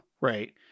right